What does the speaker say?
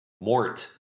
mort